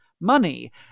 money